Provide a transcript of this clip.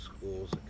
schools